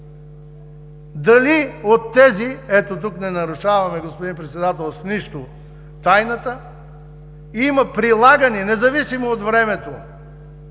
Дали от тези – тук не нарушаваме, господин Председател, с нищо тайната, има прилагане, независимо от времето…